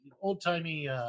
old-timey